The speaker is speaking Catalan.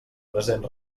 present